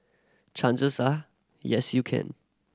chances are yes you can